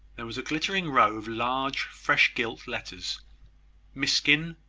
there was a glittering row of large, freshly-gilt letters miskin,